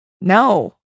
no